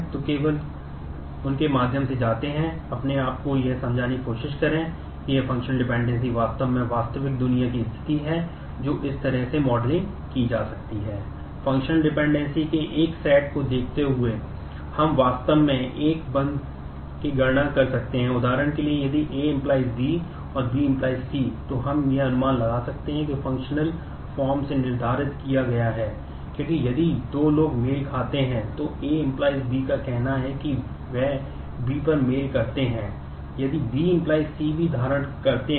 तो ये केवल उनके माध्यम से जाते हैं अपने आप को यह समझाने की कोशिश करें कि ये फंक्शनल डिपेंडेंसी की जा सकती हैं